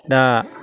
दा